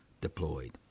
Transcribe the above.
Deployed